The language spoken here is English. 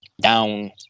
down